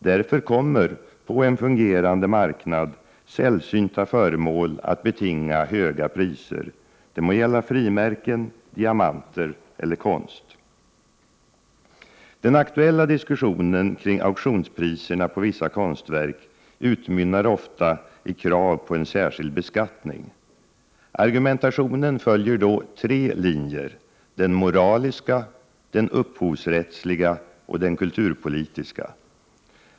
Därför kommer, på en fungerande marknad, sällsynta föremål att betinga höga priser — det må gälla frimärken, diamanter eller konst. Den aktuella diskussionen kring auktionspriserna på vissa konstverk utmynnar ofta i krav på särskild beskattning. Argumentationen följer då tre linjer: den moraliska, den upphovsrättsliga och den kulturpolitiska.